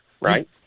right